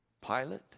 Pilate